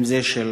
אם זה הדרוזים,